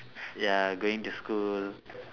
ya going to school